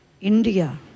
India